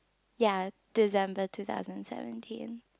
ya December two thousand seventeen